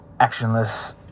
actionless